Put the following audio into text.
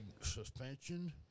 suspension